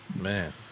Man